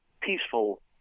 peaceful